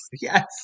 Yes